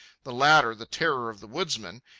the latter the terror of the woodsmen,